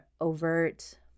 overt